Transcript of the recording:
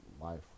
life